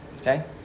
okay